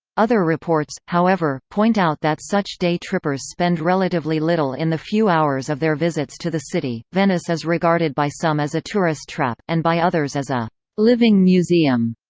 other reports, however, point out that such day-trippers spend relatively little in the few hours of their visits to the city venice is regarded by some as a tourist trap, and by others as a living museum.